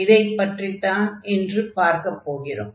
இதைப் பற்றித்தான் இன்று பார்க்கப் போகிறோம்